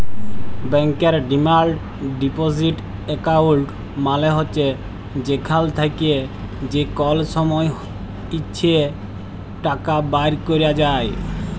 ব্যাংকের demand deposit account মালে হছে যেখাল থ্যাকে যে কল সময় ইছে টাকা বাইর ক্যরা যায়